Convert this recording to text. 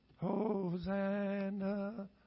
Hosanna